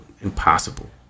impossible